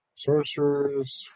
Sorcerers